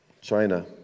China